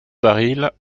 baril